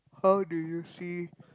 how do you see